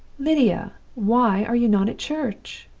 lydia! why are you not at church